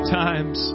times